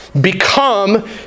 become